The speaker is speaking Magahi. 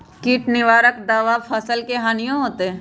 किट निवारक दावा से फसल के हानियों होतै?